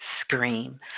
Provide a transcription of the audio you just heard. scream